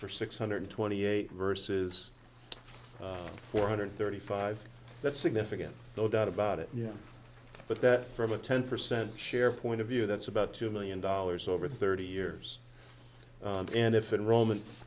for six hundred twenty eight versus four hundred thirty five that's significant no doubt about it yeah but that from a ten percent share point of view that's about two million dollars over thirty years and if in roman